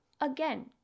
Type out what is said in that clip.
again